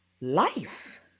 life